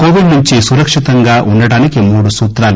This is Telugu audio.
కోవిడ్ నుంచి సురక్షితంగా ఉండటానికి మూడు సూత్రాలు